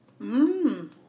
mmm